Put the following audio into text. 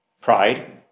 Pride